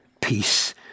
peace